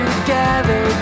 Together